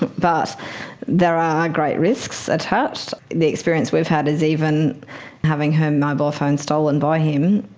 but but there are great risks attached. the experience we've had is even having her mobile phone stolen by him,